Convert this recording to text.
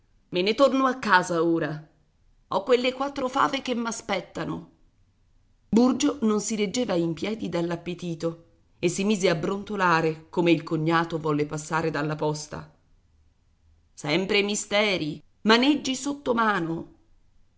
me ne torno a casa ora ho quelle quattro fave che m'aspettano burgio non si reggeva in piedi dall'appetito e si mise a brontolare come il cognato volle passare dalla posta sempre misteri maneggi sottomano